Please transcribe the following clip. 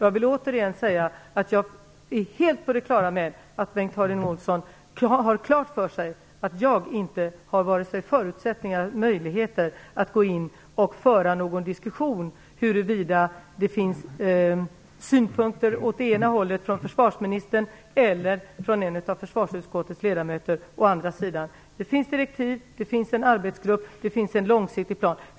Jag vill också säga att jag är på det klara med att Bengt Harding Olson vet att jag inte har vare sig förutsättningar eller möjligheter att gå in och föra någon diskussion om huruvida det finns synpunkter åt det ena hållet från försvarsministern eller åt det andra hållet från en av försvarsutskottets ledamöter. Det finns direktiv, det finns en arbetsgrupp och det finns en långsiktig plan.